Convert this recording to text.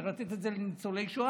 צריך לתת את זה לניצולי שואה.